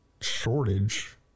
shortage